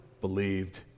believed